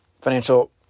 financial